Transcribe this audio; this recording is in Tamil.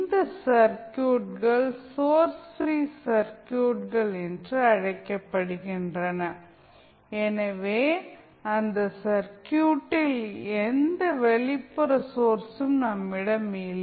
இந்த சர்க்யூட்கள் சோர்ஸ் ப்ரீ சர்க்யூட்கள் என்று அழைக்கப்படுகின்றன ஏனெனில் அந்த சர்க்யூட்டில் எந்த வெளிப்புற சொர்ஸும் நம்மிடம் இல்லை